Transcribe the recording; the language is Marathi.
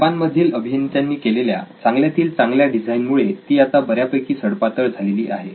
जपान मधील अभियंत्यांनी केलेल्या चांगल्या तील चांगल्या डिझाईन मुळे ती आता बऱ्यापैकी सडपातळ झालेली आहे